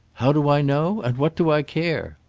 how do i know? and what do i care?